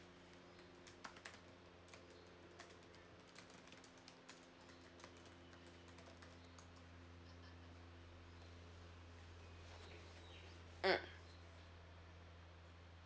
mm